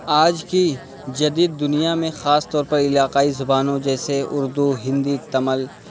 آج کی جدید دنیا میں خاص طور پر علاقائی زبانوں جیسے اردو ہندی تمل